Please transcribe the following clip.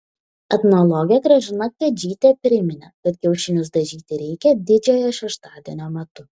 etnologė gražina kadžytė priminė kad kiaušinius dažyti reikia didžiojo šeštadienio metu